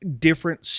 different